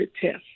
test